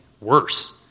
worse